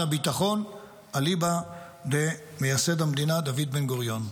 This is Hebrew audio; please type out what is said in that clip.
הביטחון אליבא דמייסד המדינה דוד בן-גוריון: